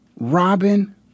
Robin